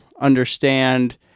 understand